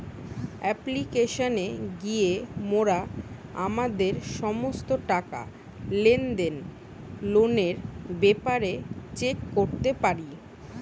অ্যাপ্লিকেশানে গিয়া মোরা আমাদের সমস্ত টাকা, লেনদেন, লোনের ব্যাপারে চেক করতে পারি